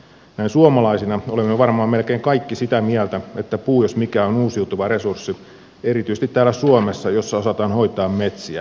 näin suomalaisina olemme varmaan melkein kaikki sitä mieltä että puu jos mikä on uusiutuva resurssi erityisesti täällä suomessa missä osataan hoitaa metsiä ja hoidetaankin